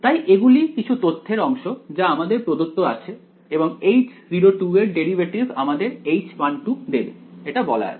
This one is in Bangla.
তাই এগুলি কিছু তথ্যের অংশ যা আমাদের প্রদত্ত আছে এবং H0 এর ডেরিভেটিভ আমাদের H1 দেবে এটা বলা আছে